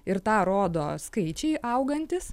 ir tą rodo skaičiai augantys